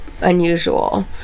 unusual